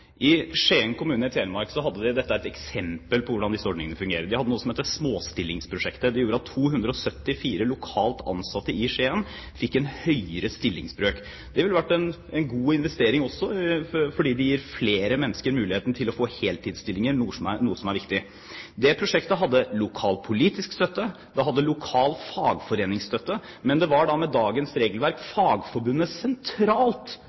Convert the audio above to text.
I Skien kommune i Telemark hadde de – dette er et eksempel på hvordan disse ordningene fungerer – noe som het «småstillingsprosjektet». Det gjorde at 274 lokalt ansatte i Skien fikk en høyere stillingsbrøk. Det ville ha vært en god investering, også fordi det gir flere mennesker muligheten til å få heltidsstillinger, noe som er viktig. Det prosjektet hadde lokal politisk støtte, det hadde lokal fagforeningsstøtte. Men det var da med dagens regelverk fagforbundet sentralt